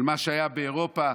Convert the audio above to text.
ומה שהיה באירופה,